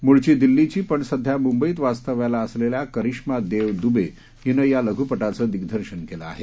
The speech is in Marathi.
मूळची दिल्लीची पण सध्या मुंबईत वास्तव्याला असलेल्या करीश्मा देव दुबे हीनं या लघुपटाचं दिग्दर्शन केलं आहे